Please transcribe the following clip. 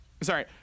sorry